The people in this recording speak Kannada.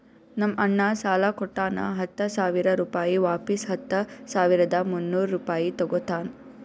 ನಮ್ ಅಣ್ಣಾ ಸಾಲಾ ಕೊಟ್ಟಾನ ಹತ್ತ ಸಾವಿರ ರುಪಾಯಿ ವಾಪಿಸ್ ಹತ್ತ ಸಾವಿರದ ಮುನ್ನೂರ್ ರುಪಾಯಿ ತಗೋತ್ತಾನ್